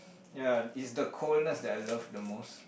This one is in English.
ya is the coldness that I love the most